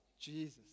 Jesus